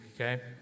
okay